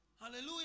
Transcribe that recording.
Hallelujah